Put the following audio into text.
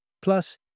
plus